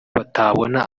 batabona